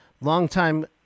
longtime